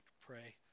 pray